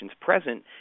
present